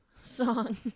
song